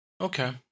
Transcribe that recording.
Okay